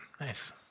Nice